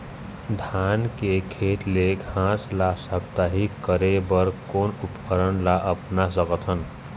धान के खेत ले घास ला साप्ताहिक करे बर कोन उपकरण ला अपना सकथन?